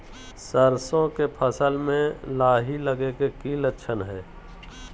सरसों के फसल में लाही लगे कि लक्षण हय?